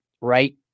right